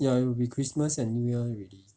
ya it'll be christmas and new year already